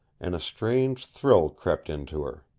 and a strange thrill crept into her.